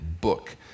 book